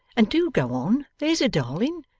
and do go on, there's a darling.